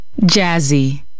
jazzy